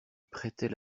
prêtait